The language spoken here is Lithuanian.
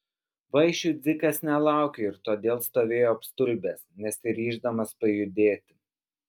vaišių dzikas nelaukė ir todėl stovėjo apstulbęs nesiryždamas pajudėti